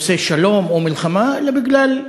נושאי שלום או מלחמה, אלא בגלל אגו-מניאקים.